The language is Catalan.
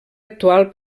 actual